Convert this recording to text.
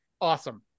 Awesome